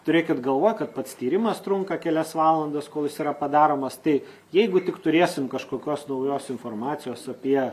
turėkit galvoj kad pats tyrimas trunka kelias valandas kol jis yra padaromas tai jeigu tik turėsim kažkokios naujos informacijos apie